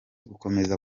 gukomeza